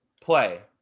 play